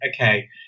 Okay